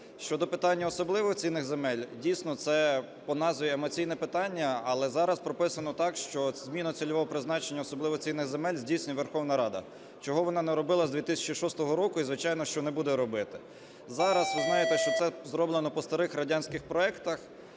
Щодо питання особливо цінних земель, дійсно, це по назві емоційне питання, але зараз прописано так, що зміну цільового призначення особливо цінних земель здійснює Верховна Рада, чого вона не робила з 2006 року і звичайно, що не буде робити. Зараз ви знаєте, що це зроблено по старих радянських проектах,